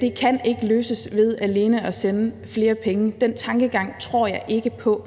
det kan ikke løses ved alene at sende flere penge. Den tankegang tror jeg ikke på.